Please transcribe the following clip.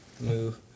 Move